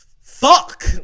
fuck